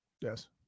Yes